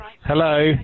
Hello